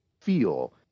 feel